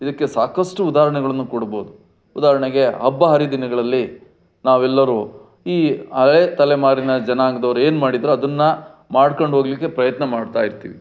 ಇದಕ್ಕೆ ಸಾಕಷ್ಟು ಉದಾಹರಣೆಗಳನ್ನ ಕೊಡ್ಬೋದು ಉದಾಹರಣೆಗೆ ಹಬ್ಬ ಹರಿದಿನಗಳಲ್ಲಿ ನಾವೆಲ್ಲರೂ ಈ ಹಳೆ ತಲೆಮಾರಿನ ಜನಾಂಗದವ್ರು ಏನು ಮಾಡಿದ್ರೆ ಅದನ್ನು ಮಾಡ್ಕೊಂಡು ಹೋಗಲಿಕ್ಕೆ ಪ್ರಯತ್ನ ಮಾಡ್ತಾಯಿರ್ತೀವಿ